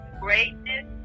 greatness